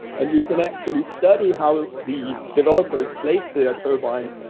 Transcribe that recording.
and you can actually study how the developers placed their turbines.